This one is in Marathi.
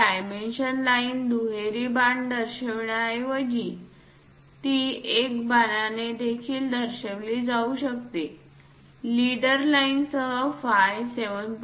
ही डायमेन्शन लाईन दुहेरी बाण दाखविण्याऐवजी ती एक बाणाने देखील दाखविली जाऊ शकते लीडर लाइन सह फाय 7